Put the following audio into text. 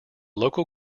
local